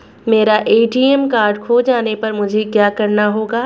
मेरा ATM card खो जाने पर मुझे क्या करना होगा?